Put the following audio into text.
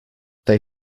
they